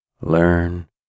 learn